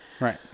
Right